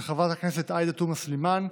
של חברת הכנסת עאידה תומא סלימאן,